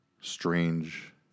strange